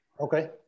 Okay